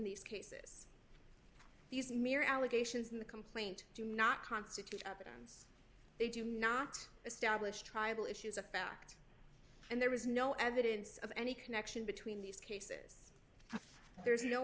these cases these mere allegations in the complaint do not constitute evidence they do not establish tribal issues a fact and there is no evidence of any connection between these cases there's no